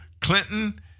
Clinton